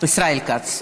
ישראל כץ.